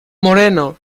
moreno